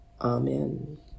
amen